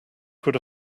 could